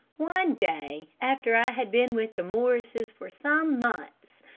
one day, after i had been with the morrises for some months,